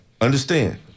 understand